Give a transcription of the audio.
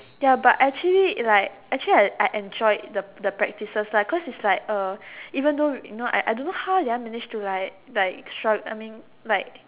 ya but actually like actually I I enjoyed the the practices lah cause it's like even though you know I don't know how did I mange to like like like strum I mean like